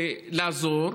לעזור.